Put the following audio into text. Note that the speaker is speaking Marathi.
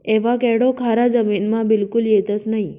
एवाकॅडो खारा जमीनमा बिलकुल येतंस नयी